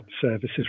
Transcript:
services